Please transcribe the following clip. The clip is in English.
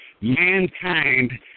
mankind